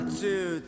two